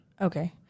Okay